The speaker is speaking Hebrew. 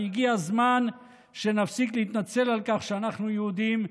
והגיע הזמן שנפסיק להתנצל על כך שאנחנו יהודים,